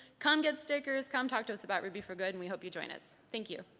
come get stickers, come talk to us about ruby for good and we hope you join us, thank you.